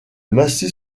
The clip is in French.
massif